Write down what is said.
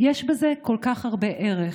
יש בזה כל כך הרבה ערך,